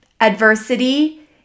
adversity